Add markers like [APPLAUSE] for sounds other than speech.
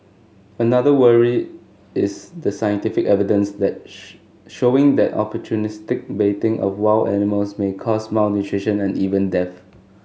another worry is the scientific evidence let [UNINTELLIGIBLE] showing that opportunistic baiting of wild animals may cause malnutrition and even death